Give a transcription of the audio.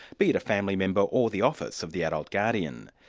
be it a family member or the office of the adult guardian.